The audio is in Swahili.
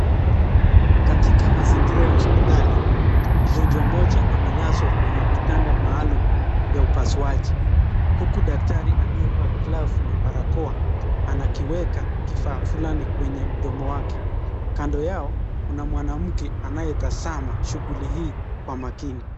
Katika mazingira ya hospitali mgonjwa mmoja amelazwa kwenye kitanda maalum ya upasuaji huku daktari aliyevaa glavu na barakoa anakiweka kifaa fulani kwenye mdomo wake. Kando yao kuna mwanamke anayetazama shuguli hii kwa makini.